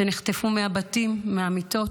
שנחטפו מהבתים, מהמיטות,